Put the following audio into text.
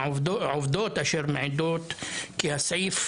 עובדות אשר מעידות כי הסעיף